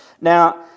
Now